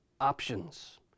options